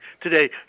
Today